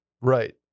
Right